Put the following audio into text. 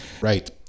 Right